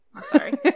Sorry